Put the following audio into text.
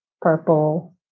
purple